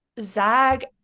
Zag